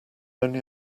only